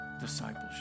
discipleship